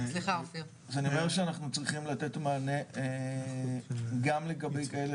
זה נראה שאנחנו צריכים לתת מענה גם לגבי כאלה